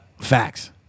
Facts